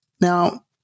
Now